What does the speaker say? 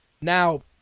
Now